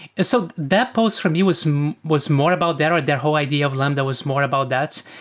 so that post from me was um was more about that or that whole idea of lambda was more about that.